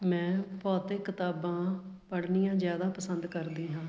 ਮੈਂ ਭੌਤਿਕ ਕਿਤਾਬਾਂ ਪੜ੍ਹਨੀਆਂ ਜ਼ਿਆਦਾ ਪਸੰਦ ਕਰਦੀ ਹਾਂ